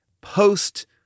post